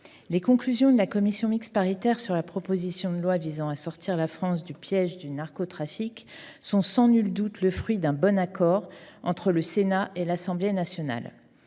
Les conclusions de la Commission mixte paritaire sur la proposition de loi visant à sortir la France du piège du narcotrafique sont sans nul doute le fruit d'un bon accord entre le Sénat et l'Assemblée nationale.